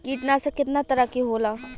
कीटनाशक केतना तरह के होला?